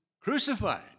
crucified